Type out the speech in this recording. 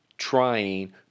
trying